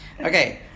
Okay